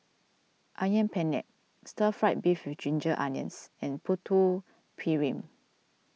Ayam Penyet Stir Fried Beef with Ginger Onions and Putu Piring